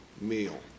meal